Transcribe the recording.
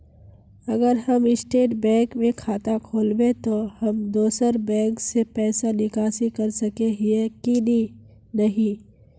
अगर हम State Bank में खाता खोलबे तो हम दोसर बैंक से पैसा निकासी कर सके ही की नहीं?